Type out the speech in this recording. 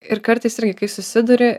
ir kartais irgi kai susiduri